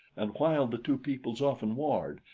and while the two peoples often warred,